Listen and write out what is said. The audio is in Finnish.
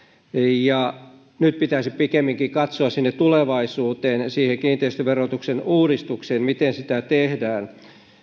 ja nyt pitäisi pikemminkin katsoa tulevaisuuteen kiinteistöverotuksen uudistukseen miten sitä tehdään